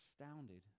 astounded